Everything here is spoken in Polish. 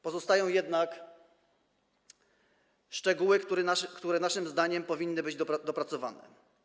Pozostają jednak szczegóły, które naszym zdaniem powinny być dopracowane.